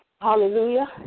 Hallelujah